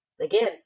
Again